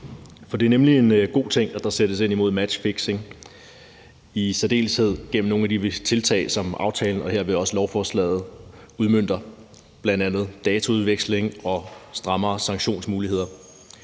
er med i. Det er en god ting, at der sættes ind mod matchfixing, i særdeleshed gennem nogle af de tiltag, som aftalen og hermed også lovforslaget udmønter. Det er bl.a. dataudveksling og strammere sanktionsmuligheder.